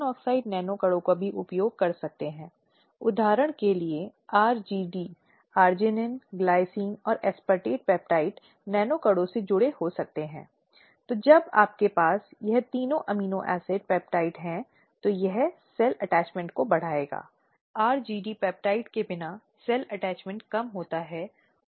या उनके पास कम से कम एक कानूनी ज्ञान होना चाहिए क्योंकि इस विशेष संबंध में कानूनी डोमेन और कानून के आवेदन में एक बड़ा पहलू है इसलिए इस संबंध में आवश्यक कानूनी ज्ञान होना चाहिए और कम से कम एक होना चाहिए अब स्वतंत्र सदस्य जो कि समिति की स्वतंत्रता को बनाए रखने के लिए बहुत महत्वपूर्ण है जो अधिनियम के तहत स्थापित होने के लिए है